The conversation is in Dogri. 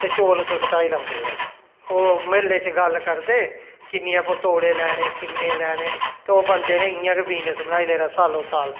ते चौल उत्थूं सटाई लैंदे ओह् ओह् मिल्ल च गल्ल करदे किन्नियां ब तोड़े लैने किन्ने लेने तो बंदे ने इ'यां गै बिजनस बनाई ले दा सालो साल